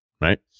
Right